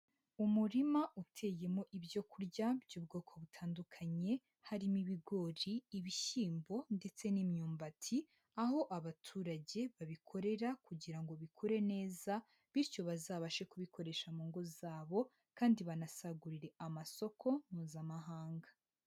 Umurima uteyemo ibyo kurya by'ubwoko butandukanye, harimo: ibigori, ibishyimbo ndetse n'imyumbati, aho abaturage babikorera kugira ngo bikure neza bityo bazabashe kubikoresha mu ngo zabo kandi banasagurire amasoko mpuzamahanga.